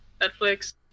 Netflix